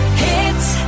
hits